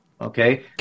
Okay